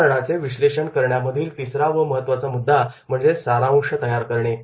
उदाहरणाचे विश्लेषण करण्यामधील तिसरा महत्त्वाचा मुद्दा म्हणजे सारांश तयार करणे